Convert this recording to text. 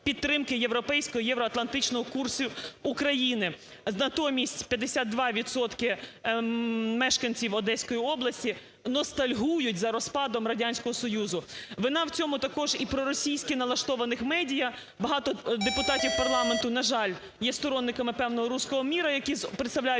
підтримки європейського і євроатлантичного курсів України. Натомість 52 відсотки мешканців Одеської області ностальгують за розпадом Радянського Союзу. Вина в цьому також і проросійськи налаштованих медіа, багато депутатів парламенту, на жаль, є сторонниками певного "русского мира", які представляють